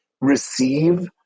receive